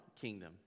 kingdom